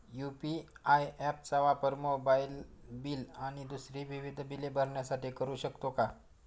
UPI app चा वापर mobile bill आणि दुसरी विविध बिले भरण्यासाठी करू शकतो का?